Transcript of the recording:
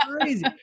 crazy